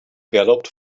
galloped